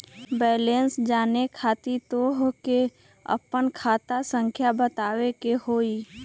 Balance जाने खातिर तोह के आपन खाता संख्या बतावे के होइ?